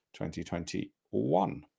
2021